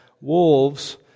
wolves